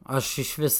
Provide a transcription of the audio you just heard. aš išvis